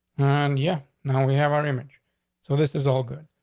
um, yeah. now we have our image so this is all good.